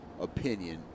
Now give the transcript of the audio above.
opinion